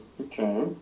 okay